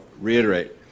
reiterate